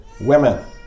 women